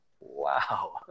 wow